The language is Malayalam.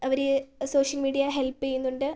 അവരെ സോഷ്യൽ മീഡിയ ഹെല്പ് ചെയ്യുന്നുണ്ട്